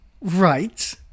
Right